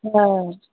ओ